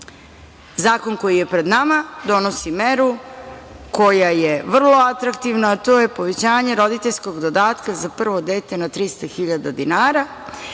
šanse. Zakon koji je pred nama donosi meru koja je vrlo atraktivna, a to je povećanje roditeljskog dodatka za prvo dete na 300.000 dinara.